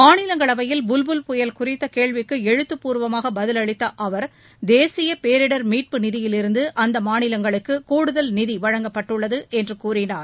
மாநிலங்களவையில் புல் புல் புயல் குறித்த கேள்விக்கு எழுத்துப்பூர்வமாக பதிலளித்த அவர் தேசிய பேரிடர் மீட்பு நிதியிலிருந்து அம்மாநிலங்களுக்கு கூடுதலாக நிதி வழங்கப்பட்டுள்ளது என்று கூறினார்